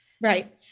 Right